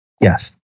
Yes